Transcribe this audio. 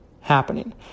happening